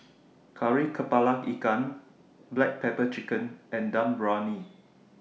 Kari Kepala Ikan Black Pepper Chicken and Dum Briyani